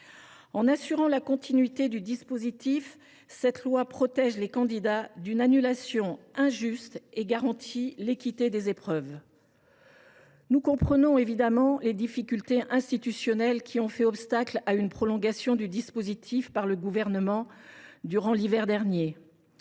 En assurant la continuité du dispositif, ce texte vise à protéger les candidats d’une annulation injuste et à garantir l’équité des épreuves. Tout à fait. Nous comprenons évidemment les difficultés institutionnelles qui ont fait obstacle à une prolongation du dispositif par le Gouvernement durant l’hiver dernier.